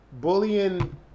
bullying